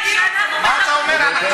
מה אתה אומר על,